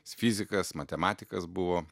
jis fizikas matematikas buvo